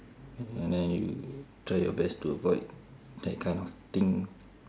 and then you try your best to avoid that kind of thing